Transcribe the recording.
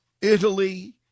Italy